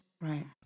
Right